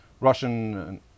Russian